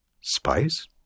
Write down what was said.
Spice